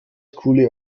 coole